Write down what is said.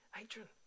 Adrian